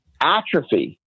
atrophy